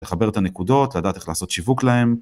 לחבר את הנקודות לדעת איך לעשות שיווק להם.